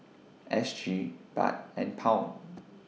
S G Baht and Pound